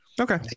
Okay